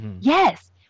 Yes